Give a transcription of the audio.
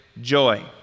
joy